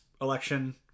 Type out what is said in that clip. election